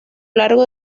largo